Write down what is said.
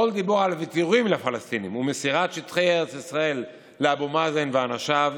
כל דיבור על ויתורים לפלסטינים ומסירת שטחי ארץ ישראל לאבו מאזן ואנשיו,